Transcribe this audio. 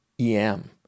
EM